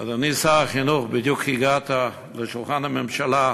אדוני שר החינוך, בדיוק הגעת לשולחן הממשלה.